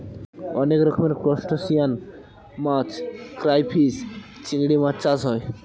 অনেক রকমের ত্রুসটাসিয়ান মাছ ক্রাইফিষ, চিংড়ি চাষ হয়